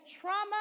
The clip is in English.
trauma